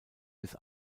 bis